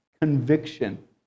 conviction